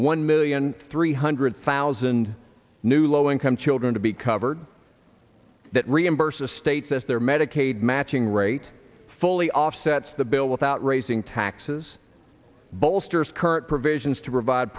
one million three hundred thousand new low income children to be covered that reimburses states as their medicaid matching rate fully offsets the bill without raising taxes bolsters current provisions to provide